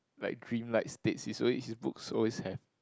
like dream like states it's always his books always have